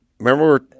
Remember